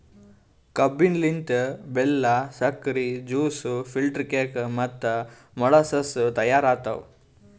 ಕಬ್ಬಿನ ಲಿಂತ್ ಬೆಲ್ಲಾ, ಸಕ್ರಿ, ಜ್ಯೂಸ್, ಫಿಲ್ಟರ್ ಕೇಕ್ ಮತ್ತ ಮೊಳಸಸ್ ತೈಯಾರ್ ಆತವ್